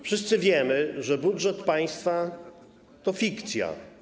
Wszyscy wiemy, że budżet państwa to fikcja.